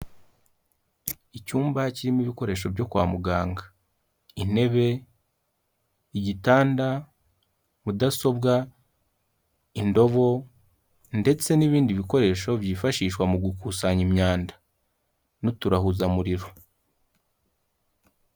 Icyumba kirimo ibikoresho byo kwa muganga, intebe, igitanda mudasobwa, indobo ndetse n'ibindi bikoresho byifashishwa mu gukusanya imyanda n'uturahuzamuriro.